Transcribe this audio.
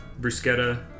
bruschetta